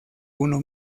uno